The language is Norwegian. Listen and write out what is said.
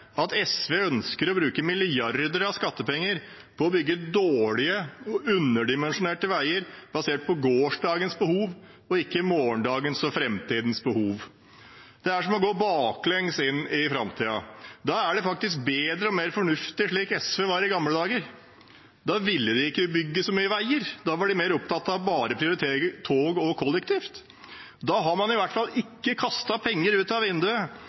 at SV ønsker å bruke milliarder av skattepenger på å bygge dårlige, underdimensjonerte veier basert på gårsdagens behov og ikke morgendagens og framtidens behov. Det er som å gå baklengs inn i framtiden. Da er det faktisk bedre og mer fornuftig slik SV var i gamle dager. Da ville de ikke bygge så mye veier, da var de mer opptatt av bare å prioritere tog og kollektivt. Da har man i hvert fall ikke kastet penger ut av